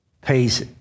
pays